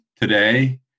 today